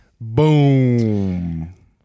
Boom